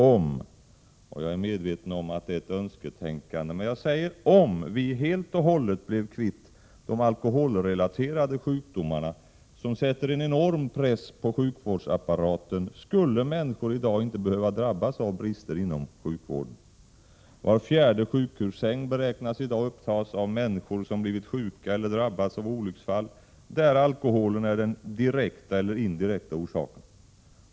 Om -— jag är medveten om att det är ett önsketänkande, men jag säger det ändå — vi helt och hållet blev kvitt de alkoholrelaterade sjukdomarna, som sätter en enorm press på sjukvårdsapparaten, skulle människor i dag inte behöva drabbas av brister inom sjukvården. Var fjärde sjukhussäng beräknas i dag vara upptagen av människor som fått en sjukdom eller drabbats av olycksfall där alkoholen varit den direkta eller indirekta orsaken.